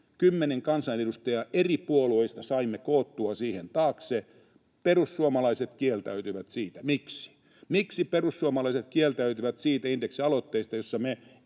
kansanedustajaa eri puolueista saimme koottua siihen taakse. Perussuomalaiset kieltäytyvät siitä. Miksi? Miksi perussuomalaiset kieltäytyivät siitä indeksialoitteesta, jossa me